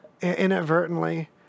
inadvertently